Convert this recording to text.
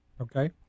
Okay